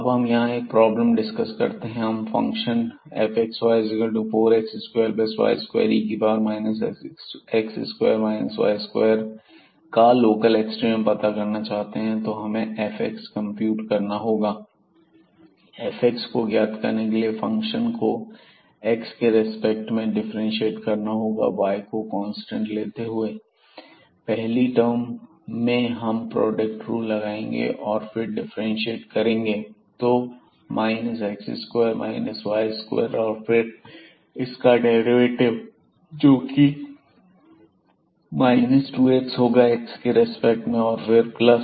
अब हम यहां एक प्रॉब्लम डिस्कस करते हैं हम फंक्शन fxy4x2y2e x2 4y2 का लोकल एक्सट्रीमा पता करना चाहते हैं तो हमें fx कंप्यूट करना होगा fx को ज्ञात करने के लिए फंक्शन को x के रिस्पेक्ट में डिफ्रेंशिएट करना होगा y को कांस्टेंट लेते हुए पहली टर्म में हम प्रोडक्ट रूल लगाएंगे और फिर डिफ्रेंशिएट करेंगे तो x2 4y2 और फिर इसका डेरिवेटिव जोकि 2 x होगा x के रिस्पेक्ट में और फिर प्लस